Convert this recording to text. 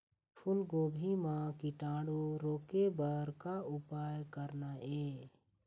फूलगोभी म कीटाणु रोके बर का उपाय करना ये?